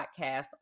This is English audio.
podcast